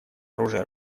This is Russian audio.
оружие